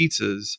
pizzas